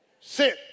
Sit